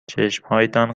چشمهایتان